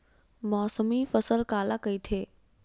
मौसमी फसल काला कइथे?